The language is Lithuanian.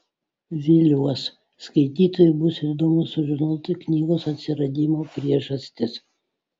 viliuos skaitytojui bus įdomu sužinoti knygos atsiradimo priežastis